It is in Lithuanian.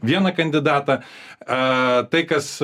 vieną kandidatą tai kas